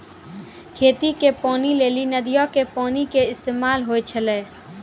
खेती के पानी लेली नदीयो के पानी के इस्तेमाल होय छलै